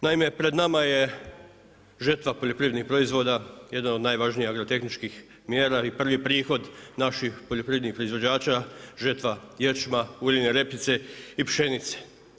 Naime, pred nama je žetva poljoprivrednih proizvoda, jedna od najvažnijih agrotehničkih mjera i prvi prihod naših poljoprivrednih proizvođača žetva ječma, uljane repice i pšenice.